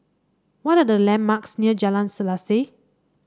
what are the landmarks near Jalan Selaseh